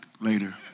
later